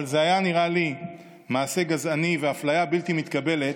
אבל זה היה נראה לי מעשה גזעני ואפליה בלתי מתקבלת,